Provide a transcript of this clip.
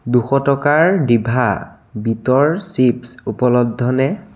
দুশ টকাৰ ডিভা বীটৰ চিপচ্ উপলব্ধনে